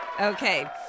Okay